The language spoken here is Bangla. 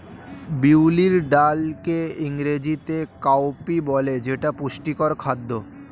বিউলির ডালকে ইংরেজিতে কাউপি বলে যেটা পুষ্টিকর খাদ্য